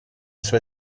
свою